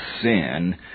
sin